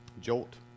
jolt